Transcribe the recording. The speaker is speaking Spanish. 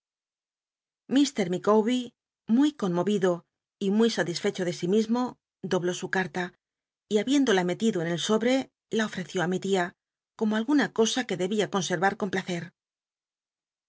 mic lwbcr muy conmovido y muy satisfecho de si mismo dobló su carta y habiéndola metido en el sobre la ofrcció t mi tia como alguna co a que dcbia conservar con placer